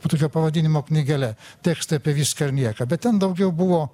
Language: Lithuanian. tokio pavadinimo knygele tekstai apie viską ir nieką bet ten daugiau buvo